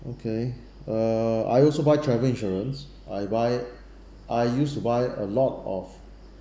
okay err I also buy travel insurance I buy I used to buy a lot of